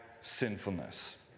sinfulness